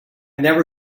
never